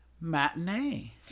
matinee